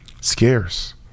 scarce